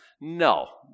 no